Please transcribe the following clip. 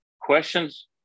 questions